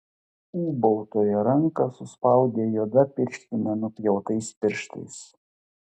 ūbautojo ranką suspaudė juoda pirštinė nupjautais pirštais